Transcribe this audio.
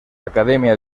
academia